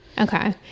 Okay